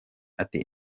ati